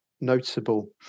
noticeable